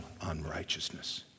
unrighteousness